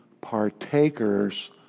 partakers